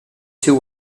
two